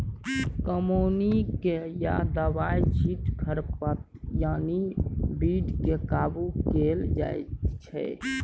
कमौनी कए या दबाइ छीट खरपात यानी बीड केँ काबु कएल जाइत छै